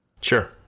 Sure